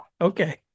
Okay